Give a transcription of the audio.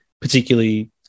particularly